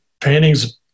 paintings